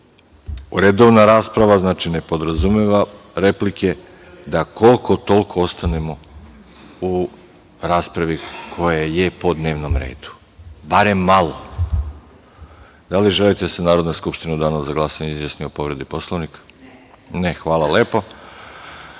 redovna rasprava, ne podrazumeva replike, da koliko toliko ostanemo u raspravi koja je po dnevnom redu, barem malo. Da li želite da se Narodna skupština u danu za glasanje izjasni o povredi Poslovnika? (Ne.)Hvala lepo. Na